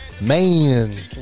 Man